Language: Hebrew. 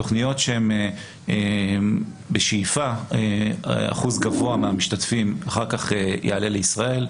תכניות שהן בשאיפה אחוז גבוה מהמשתתפים אחר כך יעלה לישראל.